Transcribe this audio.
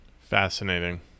Fascinating